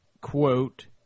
Quote